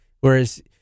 Whereas